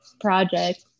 project